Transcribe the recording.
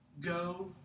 Go